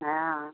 हँ